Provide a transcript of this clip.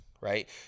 right